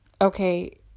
Okay